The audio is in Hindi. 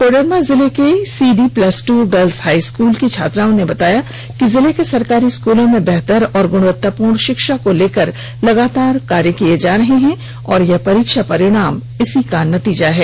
कोडरमा जिले के CD plus two girls high school की छात्राओं ने बताया कि जिले के सरकारी स्कूलों में बेहतर और गुणवत्तापूर्ण शिक्षा को लेकर लगातार कार्य किए जा रहे हैं और यह परीक्षा परिणाम इसी का नतीजा है